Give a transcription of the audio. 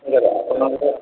sir ଆପଣମାନଙ୍କର